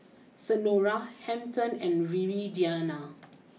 Senora Hampton and Viridiana